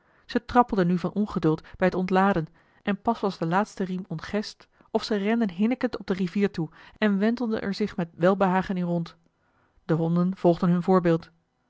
ze trappelden nu van ongeduld bij het ontladen en pas was de laatste riem ontgespt of ze renden hinnikend op de rivier toe en wentelden er zich met welbehagen in rond de honden volgden hun voorbeeld